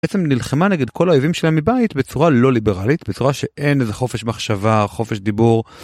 בעצם נלחמה נגד כל האויבים שלהם מבית בצורה לא ליברלית, בצורה שאין איזה חופש מחשבה, חופש דיבור.